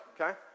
okay